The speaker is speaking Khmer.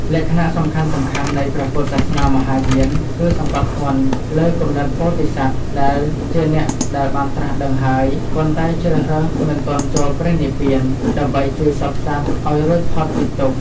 លក្ខណៈសំខាន់ៗនៃព្រះពុទ្ធសាសនាមហាយានគឺ សង្កត់ធ្ងន់លើគំនិតពោធិសត្វ ដែលជាអ្នកដែលបានត្រាស់ដឹងហើយ ប៉ុន្តែជ្រើសរើសមិនទាន់ចូលព្រះនិព្វាន ដើម្បីជួយសព្វសត្វឱ្យរួចផុតពីទុក្ខ។